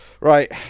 Right